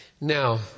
Now